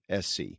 SC